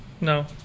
no